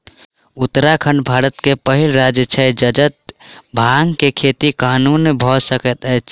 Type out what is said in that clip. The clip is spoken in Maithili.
उत्तराखंड भारत के पहिल राज्य छै जतअ भांग के खेती कानूनन भअ सकैत अछि